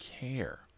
care